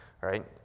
right